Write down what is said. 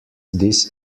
this